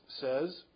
says